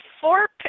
four